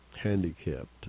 handicapped